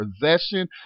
possession